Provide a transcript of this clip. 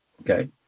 okay